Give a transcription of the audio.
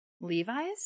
levi's